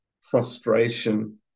frustration